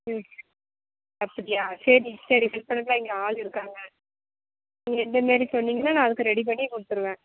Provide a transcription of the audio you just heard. ம் அப்படியா சரி சரி பண்ணுறதுக்குலாம் இங்கே ஆள் இருக்காங்க நீங்கள் இந்த மாரி சொன்னிங்கன்னா நான் அதுக்கு ரெடி பண்ணி கொடுத்துருவேன்